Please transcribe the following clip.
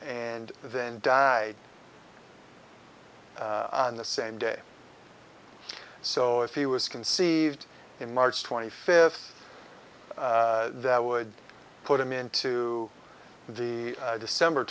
and then died on the same day so if he was conceived in march twenty fifth that would put him into the december